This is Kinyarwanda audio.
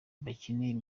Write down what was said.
bakinira